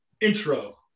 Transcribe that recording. intro